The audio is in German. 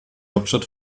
hauptstadt